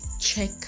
check